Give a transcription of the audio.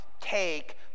take